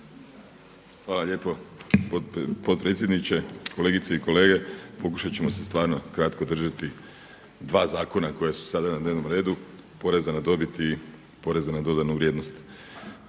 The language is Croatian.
Hvala lijepo potpredsjedniče. Kolegice i kolege, pokušat ćemo se stvarno kratko držati dva zakona koja su sada na dnevnom redu poreza na dobit i poreza na dodanu vrijednost.